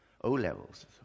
O-levels